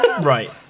right